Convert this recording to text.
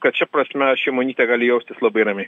kad šia prasme šimonytė gali jaustis labai ramiai